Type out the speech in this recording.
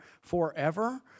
forever